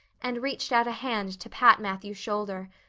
and reached out a hand to pat matthew's shoulder.